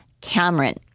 Cameron